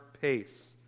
pace